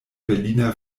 berliner